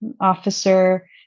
officer